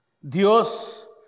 Dios